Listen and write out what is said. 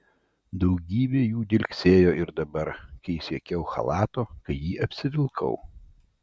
daugybė jų dilgsėjo ir dabar kai siekiau chalato kai jį apsivilkau